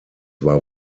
war